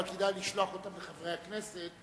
אבל כדאי לשלוח אותה לחברי הכנסת,